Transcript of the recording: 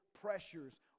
pressures